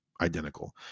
identical